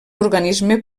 organisme